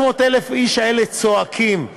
500,000 האיש האלה צועקים.